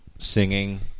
Singing